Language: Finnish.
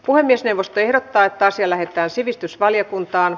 puhemiesneuvosto ehdottaa että asia lähetetään sivistysvaliokuntaan